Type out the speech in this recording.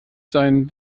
sein